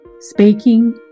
Speaking